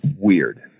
weird